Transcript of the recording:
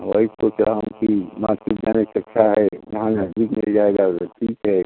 वही तो क्या है कि मार्केट जाने से अच्छा है यहाँ नज़दीक मिल जाएगा जल्दी से